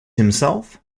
himself